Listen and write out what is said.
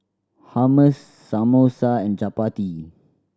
Hummus Samosa and Chapati